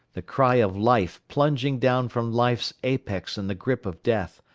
the cry of life plunging down from life's apex in the grip of death,